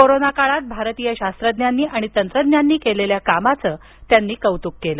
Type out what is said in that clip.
corona काळात भारतीय शास्त्रज्ञांनी आणि तंत्रज्ञांनी केलेल्या कामांच त्यांनी कौतुक केलं